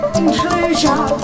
inclusion